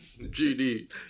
GD